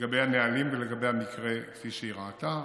לגבי הנהלים ולגבי המקרה, כפי שהיא ראתה.